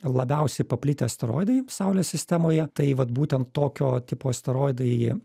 labiausiai paplitę steroidai saulės sistemoje tai vat būtent tokio tipo asteroidai